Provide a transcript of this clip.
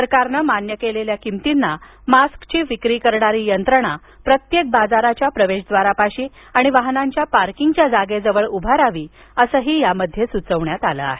सरकारनं मान्य केलेल्या किमतींना मास्कची विक्री करणारी यंत्रणा प्रत्येक बाजाराच्या प्रवेशद्वारापाशी आणि वाहनांच्या पार्किंगच्या जागेजवळ उभारावेत असंही यामध्ये सुचविण्यात आलं आहे